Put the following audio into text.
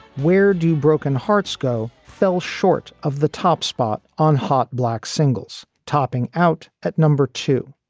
where do broken hearts go? fell short of the top spot on hot black singles topping out at number two.